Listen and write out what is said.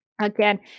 again